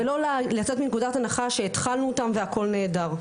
ולא לצאת מנקודת הנחה שהתחלנו אותן והכול נהדר.